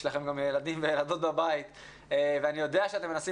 יש לכם גם ילדים וילדות בבית ואני יודע שאתם מנסים